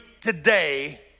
today